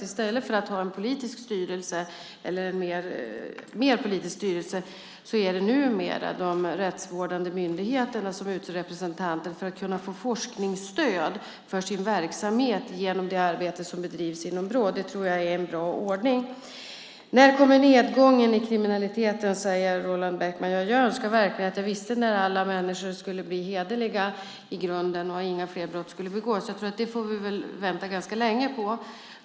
I stället för att man har en mer politisk styrelse är det numera de rättsvårdande myndigheterna som utser representanter för att kunna få forskningsstöd för sin verksamhet genom det arbete som bedrivs inom Brå. Det tror jag är en bra ordning. När kommer nedgången i kriminaliteten? frågar Roland Bäckman. Jag önskar verkligen att jag visste när alla människor skulle bli hederliga i grunden och inga fler brott skulle begås. Jag tror att vi får vänta ganska länge på det.